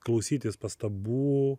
klausytis pastabų